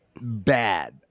bad